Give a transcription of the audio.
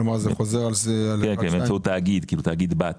כלומר זה חוזר על -- כן כן באמצעות תאגיד כאילו תאגיד בת.